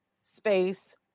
space